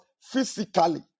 physically